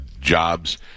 jobs